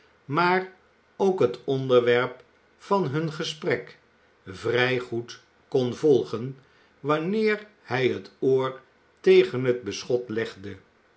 maar ook het onderwerp van hun gesprek vrij goed kon volgen wanneer hij het oor tegen het beschot legde